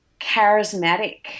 charismatic